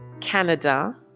Canada